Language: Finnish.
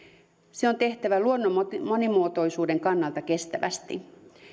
se on tehtävä luonnon monimuotoisuuden kannalta kestävästi